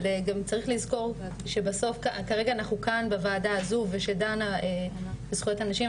צריך לזכור שכרגע אנחנו כאן בוועדה הזאת שדנה בזכויות הנשים,